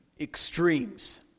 extremes